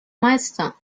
meister